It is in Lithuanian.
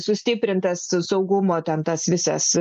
sustiprintas saugumo ten tas visas